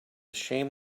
shame